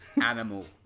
Animal